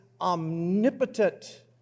omnipotent